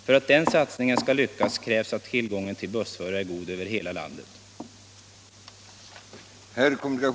För att den satsningen skall lyckas krävs att tillgången till bussförare är god över hela landet.